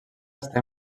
està